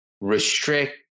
restrict